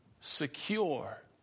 Secure